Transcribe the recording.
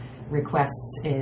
requests